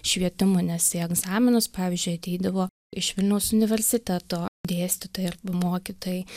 švietimu nes į egzaminus pavyzdžiui ateidavo iš vilniaus universiteto dėstytojai arba mokytojai